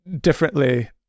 differently